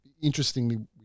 interestingly